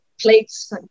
plates